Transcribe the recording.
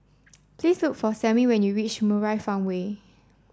please look for Samie when you reach Murai Farmway